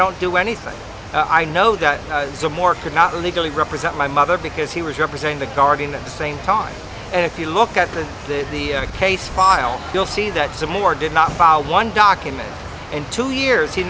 don't do anything i know that so more cannot legally represent my mother because he was representing the guardian the same time and if you look at this the case file you'll see that some more did not file one document in two years he